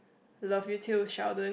love you too Sheldon